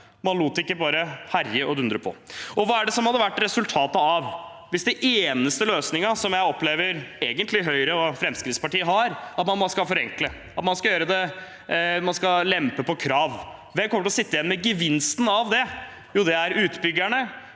Man lot det ikke bare herje og dundre på. Hva hadde vært resultatet av den eneste løsningen jeg egentlig opplever at Høyre og Fremskrittspartiet har – at man skal forenkle, at man skal lempe på krav? Hvem kommer til å sitte igjen med gevinsten av det? Jo, det er utbyggerne,